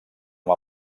amb